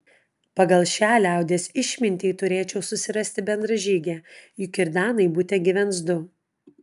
pagal šią liaudies išmintį turėčiau susirasti bendražygę juk ir danai bute gyvens du